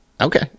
Okay